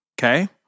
Okay